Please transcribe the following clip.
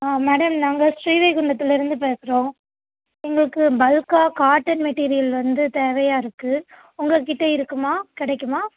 ஆ madam நாங்கள் ஸ்ரீவைகுண்டதுலிருந்து பேசுகிறோம் எங்களுக்கு பல்க்காக காட்டன் மெட்டீரியல் வந்து தேவையாக இருக்குது உங்கள்கிட்ட இருக்குமா கிடைக்குமா